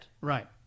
right